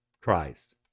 Christ